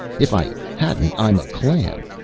if i hadn't i'm a clam!